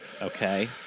Okay